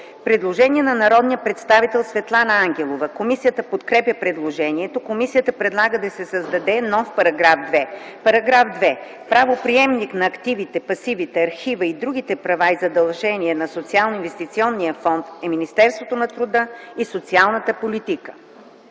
Предложение на народния представител Светлана Ангелова. Комисията подкрепя предложението. Комисията предлага да се създаде нов § 2: „§ 2. Правоприемник на активите, пасивите, архива и другите права и задължения на Социалноинвестиционния фонд е Министерството на труда и социалната политика.”